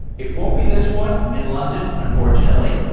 it won't be this one in london unfortunately.